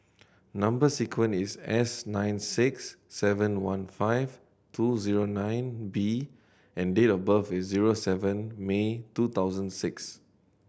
number sequence is S nine six seven one five two zero nine B and date of birth is zero seven May two thousand six